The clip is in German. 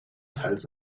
teils